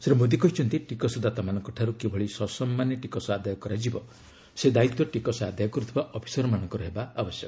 ଶ୍ରୀ ମୋଦୀ କହିଛନ୍ତି ଟିକସଦାତାମାନଙ୍କ ଠାରୁ କିଭଳି ସସମ୍ମାନେ ଟିକସ ଆଦାୟ କରାଯିବ ସେ ଦାୟିତ୍ୱ ଟିକସ ଆଦାୟ କରୁଥିବା ଅଫିସରମାନଙ୍କର ହେବା ଉଚିତ୍